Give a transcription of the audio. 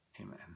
Amen